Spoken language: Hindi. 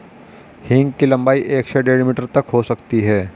हींग की लंबाई एक से डेढ़ मीटर तक हो सकती है